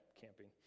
camping